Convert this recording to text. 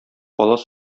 палас